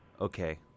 Okay